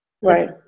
right